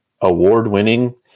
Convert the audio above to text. award-winning